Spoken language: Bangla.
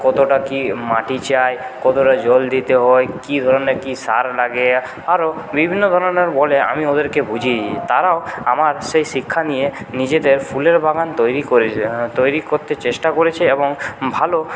কতটা কী মাটি চাই কতটা জল দিতে হয় কী ধরনের কী সার লাগে আরও বিভিন্নধরণের বলে আমি ওদেরকে বুঝিয়ে দিয়েছি তারাও আমার সেই শিক্ষা নিয়ে নিজেদের ফুলের বাগান তৈরি করেছে তৈরি করতে চেষ্টা করেছে এবং ভালো